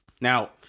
Now